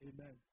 Amen